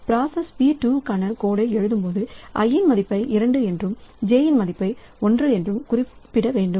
process P2 காண code எழுதும்போது i இன் மதிப்பை 2 என்றும் j இன் மதிப்பை 1 என்றும் குறிப்பிட வேண்டும்